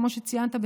כמו שציינת,